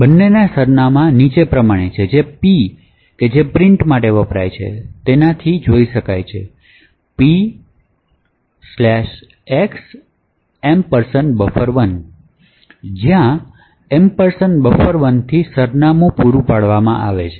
બને ના સરનામા નીચે પ્રમાણે જેમ p જે પ્રિન્ટત્યારે GDB P X buffer1 જ્યાં buffer1 થી સરનામું પૂરૂ પાડવામાં આવશે